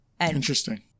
Interesting